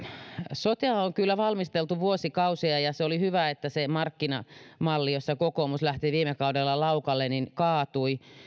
sotea on kyllä valmisteltu vuosikausia ja ja se oli hyvä että kaatui se markkinamalli jossa kokoomus lähti viime kaudella laukalle